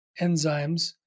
enzymes